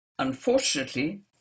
Unfortunately